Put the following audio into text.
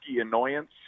annoyance